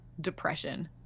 depression